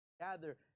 gather